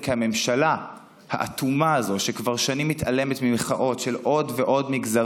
כי הממשלה האטומה הזאת כבר שנים מתעלמת ממחאות של עוד ועוד מגזרים